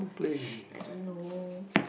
I don't know